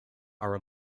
are